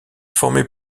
formé